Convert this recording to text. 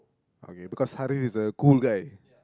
okay because Haris is a cool guy